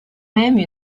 même